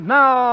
now